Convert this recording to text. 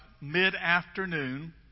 mid-afternoon